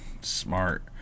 Smart